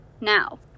Now